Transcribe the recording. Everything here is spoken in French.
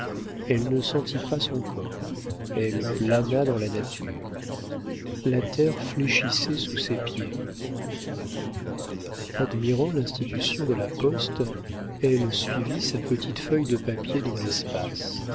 elle ne sentit pas son corps elle plana dans la nature la terre fléchissait sous ses pieds admirant l'institution de la poste elle suivit sa petite feuille de papier dans l'espace